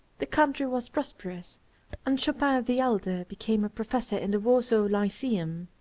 the country was prosperous and chopin the elder became a professor in the warsaw lyceum.